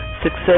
Success